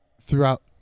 throughout